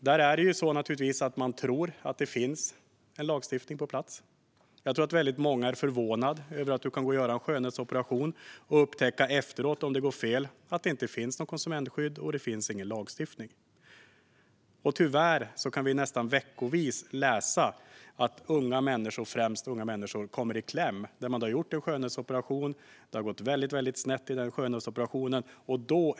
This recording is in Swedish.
Där tror man naturligtvis att det finns en lagstiftning på plats. Jag tror att väldigt många är förvånade över att man kan gå och göra en skönhetsoperation och efteråt, om det går fel, upptäcka att det inte finns något konsumentskydd och inte någon lagstiftning. Tyvärr kan vi nästan varje vecka läsa att främst unga människor kommer i kläm när de har gjort en skönhetsoperation som har gått väldigt snett.